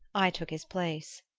i took his place.